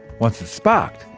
once it's sparked,